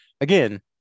again